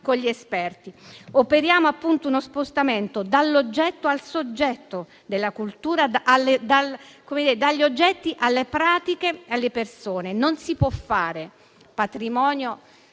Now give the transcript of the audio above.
Operiamo uno spostamento dall'oggetto al soggetto della cultura, dagli oggetti alle pratiche e alle persone. Non si può fare patrimonio